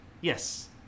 Yes